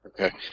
Okay